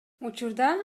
учурда